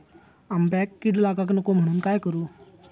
आंब्यक कीड लागाक नको म्हनान काय करू?